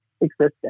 existence